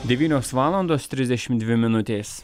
devynios valandos trisdešimt dvi minutės